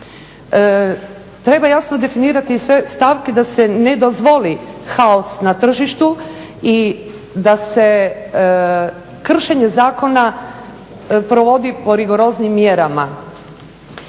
Treba jasno definirati i sve stavke da se ne dozvoli haos na tržištu i da se kršenje zakona provodi po rigoroznijim mjerama.